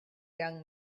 young